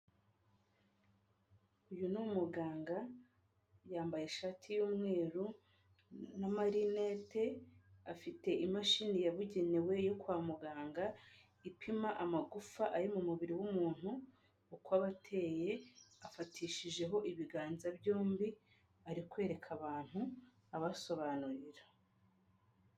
Uyu ni muganga yambaye ishati y'umweru n'amarinete, afite imashini yabugenewe yo kwa muganga, ipima amagufa ari mu mubiri w'umuntu uko aba ateye afatishijeho ibiganza byombi arikwereka abantu abasobanurira.